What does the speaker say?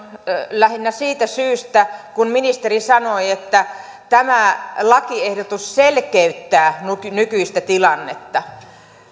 lähinnä siitä syystä kun ministeri sanoi että tämä lakiehdotus selkeyttää nykyistä tilannetta